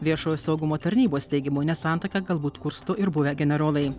viešojo saugumo tarnybos teigimu nesantaiką galbūt kursto ir buvę generolai